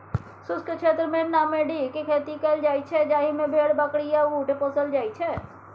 शुष्क क्षेत्रमे नामेडिक खेती कएल जाइत छै जाहि मे भेड़, बकरी आ उँट पोसल जाइ छै